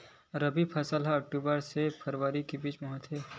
रबी फसल हा अक्टूबर से फ़रवरी के बिच में होथे